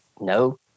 No